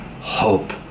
hope